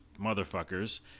motherfuckers